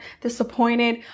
disappointed